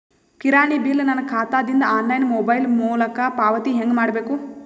ಕಿರಾಣಿ ಬಿಲ್ ನನ್ನ ಖಾತಾ ದಿಂದ ಆನ್ಲೈನ್ ಮೊಬೈಲ್ ಮೊಲಕ ಪಾವತಿ ಹೆಂಗ್ ಮಾಡಬೇಕು?